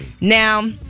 Now